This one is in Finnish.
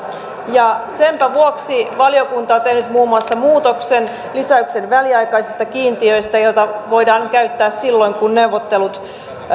senpä vuoksi valiokunta on tehnyt muun muassa muutoksen lisäyksen väliaikaisista kiintiöistä joita voidaan käyttää silloin kun neuvottelut